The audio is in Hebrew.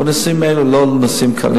אבל הנושאים האלה הם לא נושאים קלים